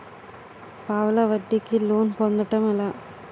పావలా వడ్డీ కి లోన్ పొందటం ఎలా?